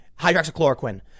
hydroxychloroquine